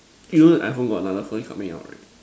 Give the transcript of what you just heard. K you know the iPhone got another phone coming out right